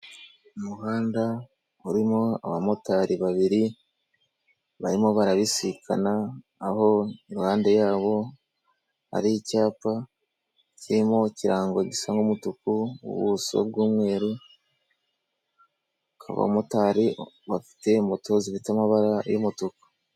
Umuhanda urimo abamotari babiri barimo barabisikana, aho impande yabo hari icyapa kirimo ikirango gisa n'umutuku, ubuso bw'umweru, abamotari bafite moto zifite amabara y'umutuku.